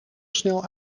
snel